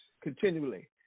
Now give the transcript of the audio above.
continually